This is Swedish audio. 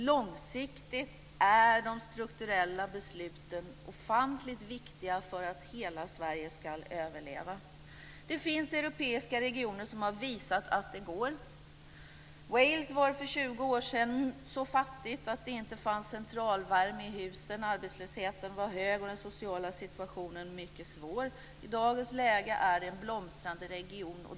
Långsiktigt är de strukturella besluten ofantligt viktiga för att hela Sverige ska överleva. Det finns europeiska regioner som visat att det går. Wales var för 20 år sedan så fattigt att det inte fanns centralvärme i husen. Arbetslösheten var hög och den sociala situationen mycket svår. I dagens läge är det en blomstrande region.